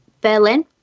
Berlin